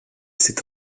s’est